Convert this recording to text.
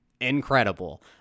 incredible